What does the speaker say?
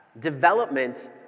development